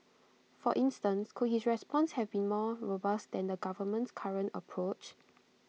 for instance could his response have been more robust than the government's current approach